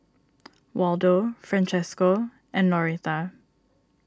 Waldo Francesco and Noreta